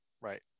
Right